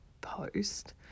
post